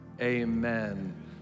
amen